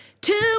Two